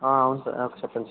అవును సార్ చెప్పండి సార్